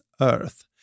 Earth